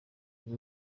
kuri